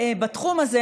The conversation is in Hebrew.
בתחום הזה,